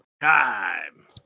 Time